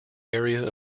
area